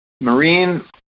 Marine